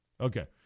Okay